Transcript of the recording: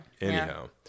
Anyhow